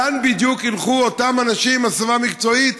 לאן בדיוק ילכו אותם אנשים עם הסבה מקצועית?